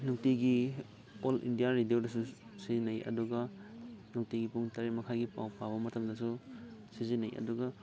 ꯅꯨꯡꯇꯤꯒꯤ all India ꯔꯦꯗꯤꯌꯣꯗꯁꯨ ꯁꯤꯖꯤꯟꯅꯩ ꯑꯗꯨꯒ ꯅꯨꯡꯇꯤꯒꯤ ꯄꯨꯡ ꯇꯔꯦꯠ ꯃꯈꯥꯏꯒꯤ ꯄꯥꯎ ꯄꯥꯕ ꯃꯇꯝꯗꯁꯨ ꯁꯤꯖꯤꯟꯅꯩ ꯑꯗꯨꯒ